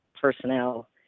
personnel